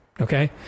Okay